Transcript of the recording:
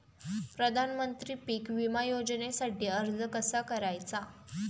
प्रधानमंत्री पीक विमा योजनेसाठी अर्ज कसा करायचा?